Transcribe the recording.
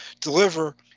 deliver